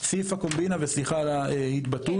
וסליחה על ההתבטאות.